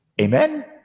Amen